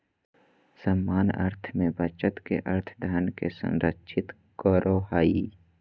सामान्य अर्थ में बचत के अर्थ धन के संरक्षित करो हइ